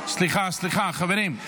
סליחה, סליחה, חברים.